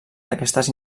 d’aquestes